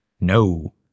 No